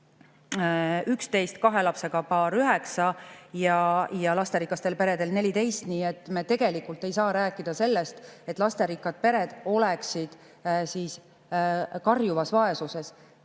11%, kahe lapsega paaridel 9% ja lasterikastel peredel 14%. Nii et me tegelikult ei saa rääkida sellest, et lasterikkad pered oleksid karjuvas vaesuses.